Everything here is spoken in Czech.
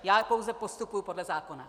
Já pouze postupuji podle zákona.